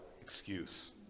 excuse